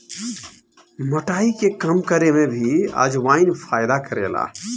मोटाई के कम करे में भी अजवाईन फायदा करेला